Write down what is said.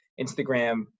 Instagram